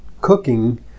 cooking